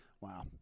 Wow